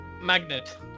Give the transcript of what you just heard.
Magnet